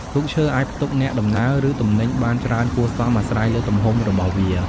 ទូកឈើអាច ផ្ទុកអ្នកដំណើរ ឬទំនិញបានច្រើនគួរសម អាស្រ័យលើទំហំរបស់វា ។